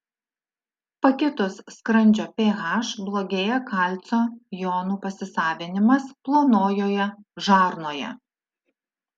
pakitus skrandžio ph blogėja kalcio jonų pasisavinimas plonojoje žarnoje